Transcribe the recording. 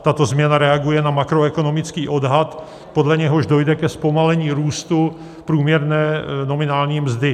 Tato změna reaguje na makroekonomický odhad, podle něhož dojde ke zpomalení růstu průměrné nominální mzdy.